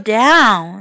down